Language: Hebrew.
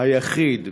היחיד בשכונה,